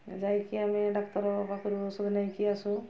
ଯାଇକି ଆମେ ଡାକ୍ତର ପାଖରୁ ଔଷଧ ନେଇକି ଆସୁ